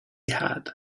had